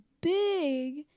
big